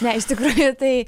ne iš tikrųjų tai